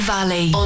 Valley